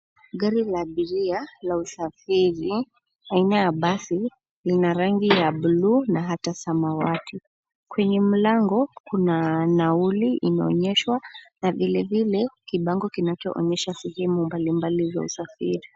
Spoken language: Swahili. Gari la abiria la usafiri aina ya basi ina rangi ya bluu na hata samawati. Kwenye mlango kuna nauli imeonyeshwa na vile vile kibango kinacho onyesha sehemu mbali mbali za usafiri.